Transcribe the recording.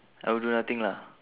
I'll do nothing lah